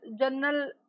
general